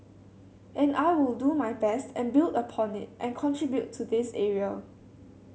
and I will do my best and build upon it and contribute to this area